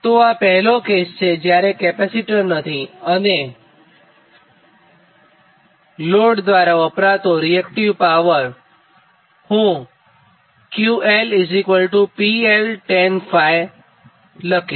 તો આ પહેલો કેસ છેજ્યારે કેપેસિટર નથી અને લોડ દ્વારા વપરાતો રીએક્ટીવ પાવર હું QL PL Tan𝜑 લખીશ